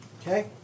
Okay